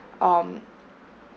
um